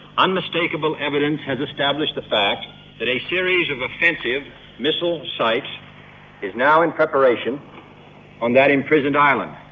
unmistakable evidence has established the fact that a series of offensive missile sites is now in preparation on that imprisoned island.